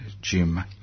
Jim